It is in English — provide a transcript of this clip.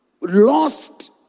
lost